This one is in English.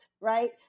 right